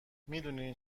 میدونی